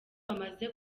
bamaze